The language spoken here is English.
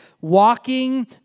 walking